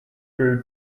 brew